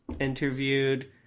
Interviewed